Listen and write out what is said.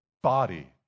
body